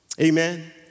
amen